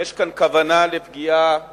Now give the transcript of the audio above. יש כאן כוונה לפגיעה בכנסת.